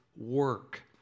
work